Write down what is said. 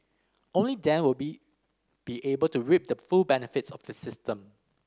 only then will be be able to reap the full benefits of the system